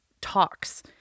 talks